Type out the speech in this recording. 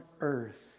earth